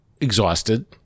exhausted